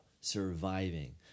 surviving